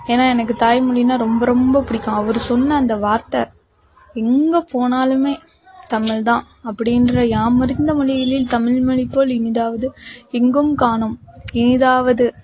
ஏன்னா எனக்கு தாய்மொழின்னால் ரொம்ப ரொம்ப பிடிக்கும் அவரு சொன்ன அந்த வார்த்தை எங்கே போனாலுமே தமிழ்தான் அப்படின்ற யாமறிந்த மொழியில் தமிழ் மொழிபோல் இனிதாவது எங்கும் காணோம் இனிதாவது